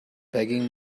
begging